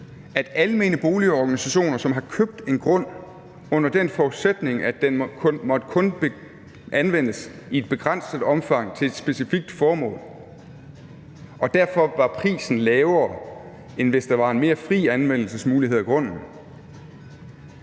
For almene boligorganisationer, som har købt en grund under den forudsætning, at den kun må anvendes i et begrænset omfang til et specifikt formål, og derfor har fået den til en lavere pris, end hvis der var mere fri anvendelsesmulighed af grunden,